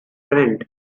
friend